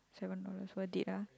seven dollars worth it lah